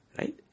right